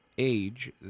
age